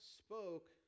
spoke